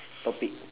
topic